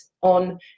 on